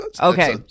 Okay